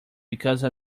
because